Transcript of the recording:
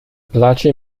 plaĉi